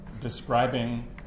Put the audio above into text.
describing